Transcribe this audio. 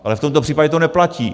Ale v tomto případě to neplatí.